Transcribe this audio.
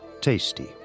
tasty